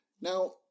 now